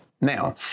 Now